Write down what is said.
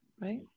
right